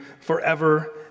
forever